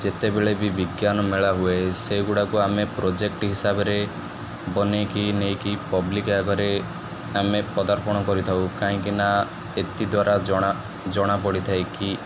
ଯେତେବେଳେ ବି ବିଜ୍ଞାନ ମେଳା ହୁଏ ସେଗୁଡ଼ାକୁ ଆମେ ପ୍ରୋଜେକ୍ଟ ହିସାବରେ ବନେଇକି ନେଇକି ପବ୍ଲିକ ଆଗରେ ଆମେ ପଦାର୍ପଣ କରିଥାଉ କାହିଁକିନା ଏଥିଦ୍ୱାରା ଜଣା ଜଣାପଡ଼ିଥାଏ କି